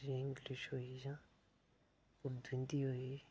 जि'यां इंग्लिश होई जां उर्दू हिन्दी होई